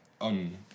on